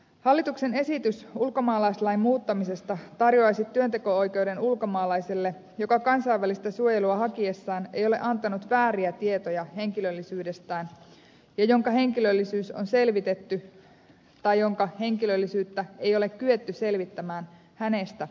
hallituksen esitys ulkomaalaislain muuttamisesta tarjoaisi työnteko oikeuden ulkomaalaiselle joka kansainvälistä suojelua hakiessaan ei ole antanut vääriä tietoja henkilöllisyydestään ja jonka henkilöllisyys on selvitetty tai jonka henkilöllisyyttä ei ole kyetty selvittämään hänestä riippumattomasta syystä